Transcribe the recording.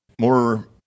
more